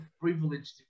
privilege